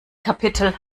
kapitel